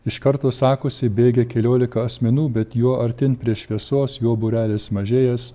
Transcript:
iš karto sakosi bėgę keliolika asmenų bet juo artyn prie šviesos juo būrelis mažėjęs